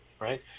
right